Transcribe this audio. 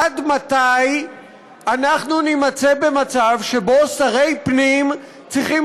עד מתי אנחנו נימצא במצב שבו שרי פנים צריכים